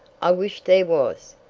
i wish there was,